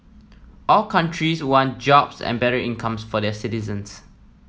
all countries want jobs and better incomes for the citizens